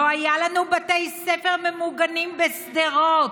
לא היו לנו בתי ספר ממוגנים בשדרות,